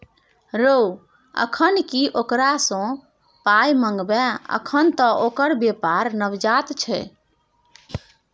रौ अखन की ओकरा सँ पाय मंगबै अखन त ओकर बेपार नवजात छै